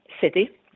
city